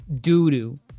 doo-doo